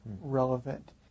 relevant